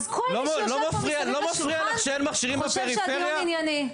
אז כל מי שיושב פה מסביב לשולחן חושב שהדיון ענייני.